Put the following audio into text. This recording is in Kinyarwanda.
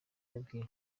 yabwiye